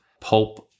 pulp